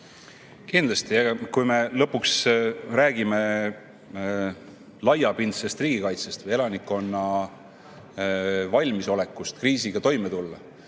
Kindlasti. Kui me lõpuks räägime laiapindsest riigikaitsest või elanikkonna valmisolekust kriisiga toime tulla,